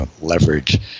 leverage